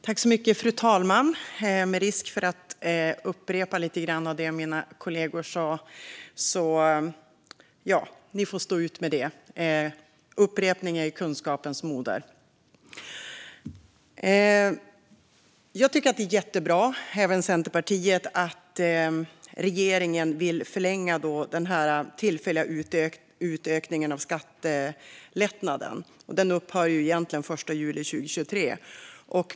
Fru talman! Det finns risk för att jag upprepar lite grann av det mina kollegor har sagt. Ni får stå ut med det. Upprepning är ju kunskapens moder. Jag och Centerpartiet tycker att det är jättebra att regeringen vill förlänga den tillfälliga utökningen av skattelättnaden. Den upphör ju egentligen den 1 juli 2023.